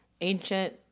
ancient